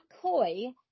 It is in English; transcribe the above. coy